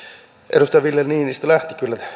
edustaja ville niinistö lähti kyllä